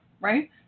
Right